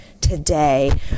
today